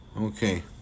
Okay